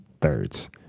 thirds